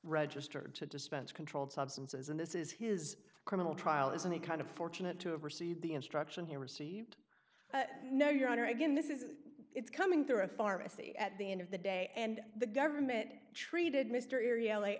registered to dispense controlled substances and this is his criminal trial isn't he kind of fortunate to have received the instruction he received no your honor again this is it's coming through a pharmacy at the end of the day and the government treated mr area